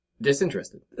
disinterested